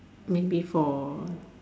maybe for